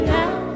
now